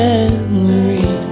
Memory